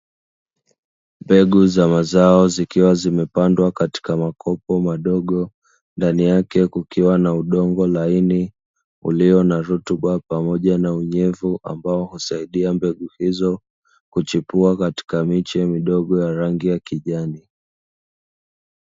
Mbegu za mazao zikiwa zimepandwa katika makopo madogo, ndani yake kukiwa na udongo laini ulio na rutuba pamoja na unyevu, ambao husaidia mbegu hizo kuchipua katika miche midogo ya rangi ya kijani.